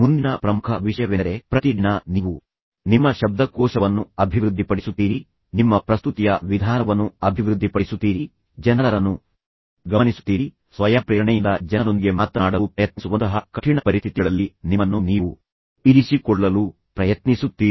ಮುಂದಿನ ಪ್ರಮುಖ ವಿಷಯವೆಂದರೆ ಪ್ರತಿ ದಿನ ನೀವು ನಿಮ್ಮ ಶಬ್ದಕೋಶವನ್ನು ಅಭಿವೃದ್ಧಿಪಡಿಸುತ್ತೀರಿ ನಿಮ್ಮ ಪ್ರಸ್ತುತಿಯ ವಿಧಾನವನ್ನು ಅಭಿವೃದ್ಧಿಪಡಿಸುತ್ತೀರಿ ಜನರನ್ನು ಗಮನಿಸುತ್ತೀರಿ ಸ್ವಯಂಪ್ರೇರಣೆಯಿಂದ ಜನರೊಂದಿಗೆ ಮಾತನಾಡಲು ಪ್ರಯತ್ನಿಸುವಂತಹ ಕಠಿಣ ಪರಿಸ್ಥಿತಿಗಳಲ್ಲಿ ನಿಮ್ಮನ್ನು ನೀವು ಇರಿಸಿಕೊಳ್ಳಲು ಪ್ರಯತ್ನಿಸುತ್ತೀರಿ